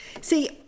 See